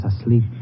asleep